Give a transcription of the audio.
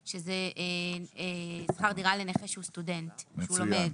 הוא יקבל שכר דירה ממשרד הביטחון.